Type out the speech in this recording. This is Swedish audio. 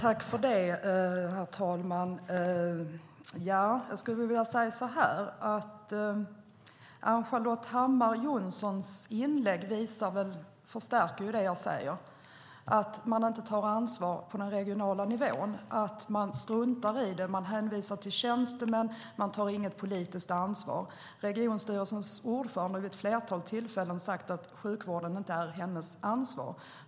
Herr talman! Ann-Charlotte Hammar Johnssons inlägg förstärker det jag säger om att man inte tar ansvar på den regionala nivån. Man struntar i det och hänvisar till tjänstemän och tar inget politiskt ansvar. Regionstyrelsens ordförande har vid ett flertal tillfällen sagt att sjukvården inte är hennes ansvar.